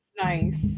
Nice